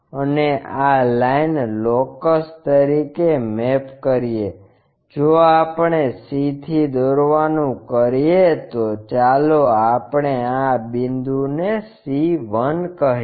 અને આ line locus તરીકે મેપ કરીએ જો આપણે c થી દોરવાનું કરીએ તો ચાલો આપણે આ બિંદુને c 1 કહીએ